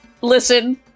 Listen